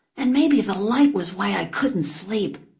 and maybe the light was why i couldn't sleep,